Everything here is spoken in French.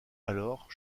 alors